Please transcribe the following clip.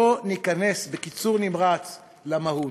בוא ניכנס בקיצור נמרץ למהות.